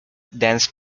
dance